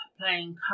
playing